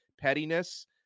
pettiness